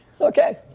Okay